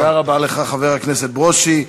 תודה רבה לך, חבר הכנסת ברושי.